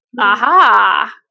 Aha